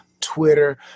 Twitter